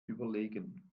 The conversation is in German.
überlegen